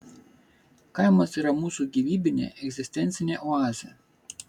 kaimas yra mūsų gyvybinė egzistencinė oazė